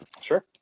sure